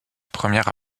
première